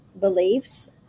beliefs